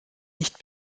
nicht